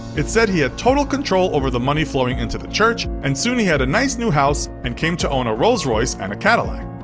it's said he had total control over the money flowing into the church and soon he had a nice new house and came to own a rolls-royce and a cadillac.